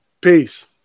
Peace